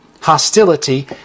Hostility